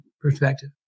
perspective